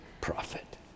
prophet